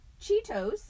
Cheetos